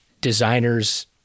designers